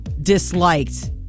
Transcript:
disliked